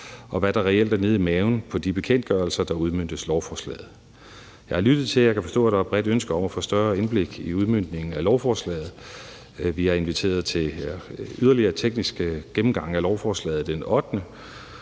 for, hvad der reelt er nede i maven på de bekendtgørelser, der udmøntes i lovforslaget. Jeg har lyttet til, og jeg kan forstå, at der er et bredt ønske om at få større indblik i udmøntningen af lovforslaget. Vi har inviteret til yderligere tekniske gennemgange af lovforslaget den 8.